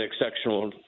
exceptional